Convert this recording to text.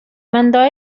mandò